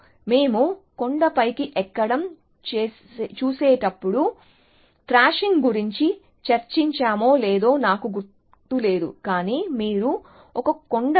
కాబట్టి మేము కొండపైకి ఎక్కడం చూసేటప్పుడు విసిరికొట్టడం గురించి చర్చించామో లేదో నాకు గుర్తు లేదు కానీ మీరు ఒక కొండను